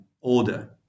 order